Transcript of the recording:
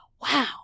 wow